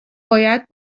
باید